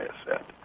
asset